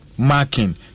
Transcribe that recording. Marking